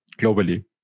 globally